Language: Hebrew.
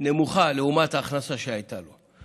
נמוכה לעומת ההכנסה שהייתה לו.